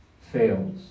fails